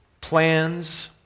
plans